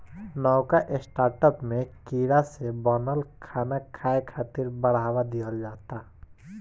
नवका स्टार्टअप में कीड़ा से बनल खाना खाए खातिर बढ़ावा दिहल जाता